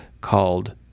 called